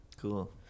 Cool